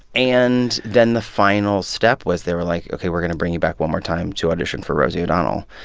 and then the final step was they were like, ok, we're going to bring you back one more time to audition for rosie o'donnell.